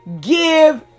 give